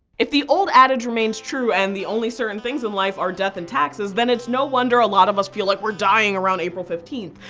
if the old adage remains true and the only certain things in life are death and taxes, then it's no wonder a lot of us feel like we're dying around april fifteenth.